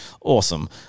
awesome